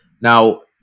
now